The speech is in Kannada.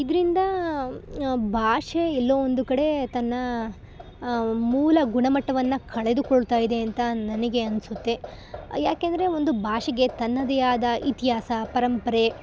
ಇದರಿಂದ ಭಾಷೆ ಎಲ್ಲೋ ಒಂದು ಕಡೆ ತನ್ನ ಮೂಲ ಗುಣಮಟ್ಟವನ್ನು ಕಳೆದು ಕೊಳ್ತಾಯಿದೆ ಅಂತ ನನಗೆ ಅನಿಸುತ್ತೆ ಯಾಕೆಂದರೆ ಒಂದು ಭಾಷೆಗೆ ತನ್ನದೇ ಆದ ಇತಿಹಾಸ ಪರಂಪರೆ